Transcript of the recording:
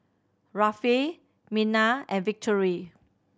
Rafe Mina and Victory